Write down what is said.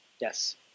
Yes